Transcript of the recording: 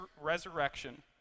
resurrection